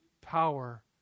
power